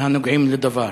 הנוגעים בדבר.